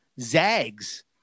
Zags